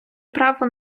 право